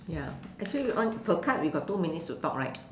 ya actually on per card we got two minutes to talk right